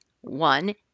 One